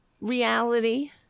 reality